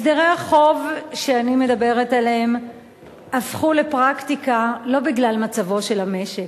הסדרי החוב שאני מדברת עליהם הפכו לפרקטיקה לא בגלל מצבו של המשק.